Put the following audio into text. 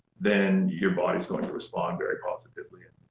then your body's going to respond very positively. and